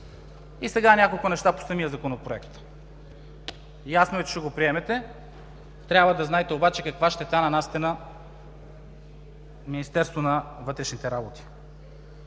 Сега няколко неща по самия Законопроект. Ясно е, че ще го приемете. Трябва да знаете обаче каква щета нанасяте на Министерството на вътрешните работи.